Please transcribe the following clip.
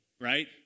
right